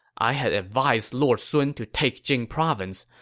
i had advised lord sun to take jing province,